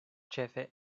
ĉefe